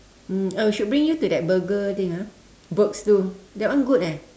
mm oh should bring you to that burger thing ah burgs itu that one good eh